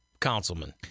councilman